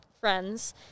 friends